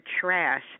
trash